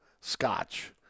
Scotch